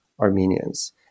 Armenians